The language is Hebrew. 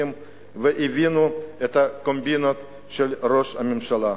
והבינו את הקומבינות של ראש הממשלה.